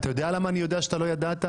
אתה יודע למה אני יודע שאתה לא ידעת,